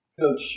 Coach